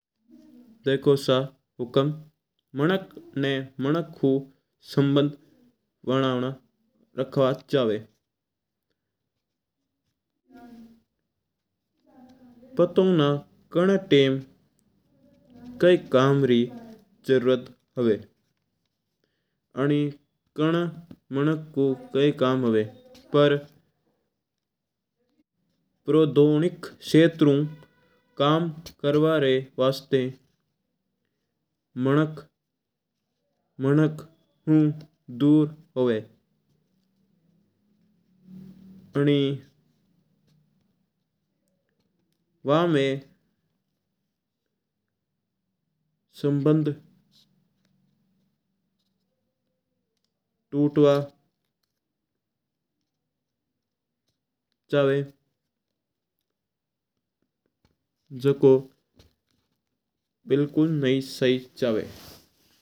देखो सा हुकम, मिणक ना मिणक संबंध बनर रखना चावां। पीटीओ नी किन टाइम भी काई कम्म री जरूरत पड्ड जवा कंणा मिणक रो काई कम्म हुआ। प्रोदैनिक सतेरा हूं मिणक कम्म करवा वास्ता मिणक मिणक ऊ दूर हुआ है। कंणा ही वन्न में संबंध तुटवा चावा झकों बिलकुल सही नहीं चावा।